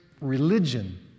religion